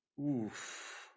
Oof